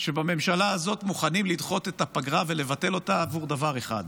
שבממשלה הזאת מוכנים לדחות את הפגרה ולבטל אותה עבור דבר אחד.